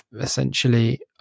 essentially